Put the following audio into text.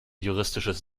juristisches